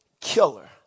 killer